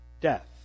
death